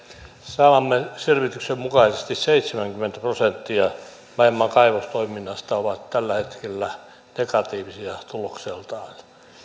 saamamme selvityksen mukaisesti seitsemänkymmentä prosenttia maailman kaivostoiminnasta on tällä hetkellä negatiivista tulokseltaan